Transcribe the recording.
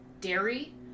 dairy